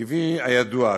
כפי הידוע,